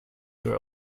year